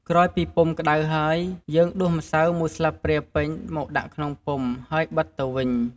ក្រោយពីពុម្ពក្ដៅហើយ យើងដួសម្សៅមួយស្លាបព្រាពេញមកដាក់ក្នុងពុម្ព ហើយបិទទៅវិញ។